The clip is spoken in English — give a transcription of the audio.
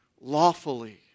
lawfully